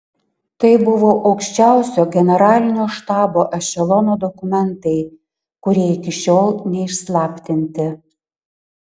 tai buvo aukščiausio generalinio štabo ešelono dokumentai kurie iki šiol neišslaptinti